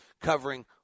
covering